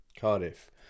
cardiff